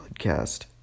podcast